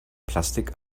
plastik